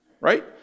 right